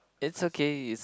it's okay it's